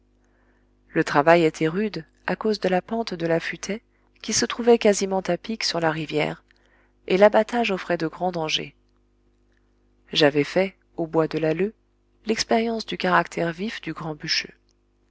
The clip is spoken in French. le travail était rude à cause de la pente de la futaie qui se trouvait quasiment à pic sur la rivière et l'abatage offrait de grands dangers j'avais fait au bois de l'alleu l'expérience du caractère vif du grand bûcheux